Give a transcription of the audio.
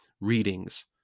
readings